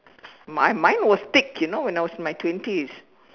mine mine was thick you know when I was in my twenties